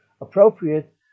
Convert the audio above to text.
appropriate